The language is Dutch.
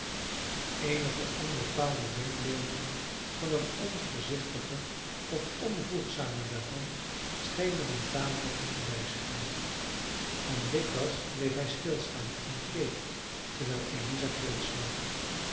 eenige onbepaalde denkbeelden van het onvoorzichtige of onvoegzame daarvan schenen hem tamelijk te verbijsteren want dikwijls bleef hij stilstaan en keek terwijl eliza